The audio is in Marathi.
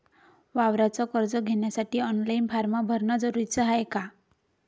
वावराच कर्ज घ्यासाठी ऑनलाईन फारम भरन जरुरीच हाय का?